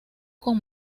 con